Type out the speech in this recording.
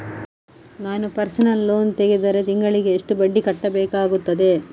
ನಾನು personal loan ತೆಗೆದರೆ ತಿಂಗಳಿಗೆ ಎಷ್ಟು ಬಡ್ಡಿ ಕಟ್ಟಬೇಕಾಗುತ್ತದೆ?